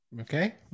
Okay